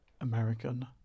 American